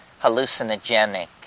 hallucinogenic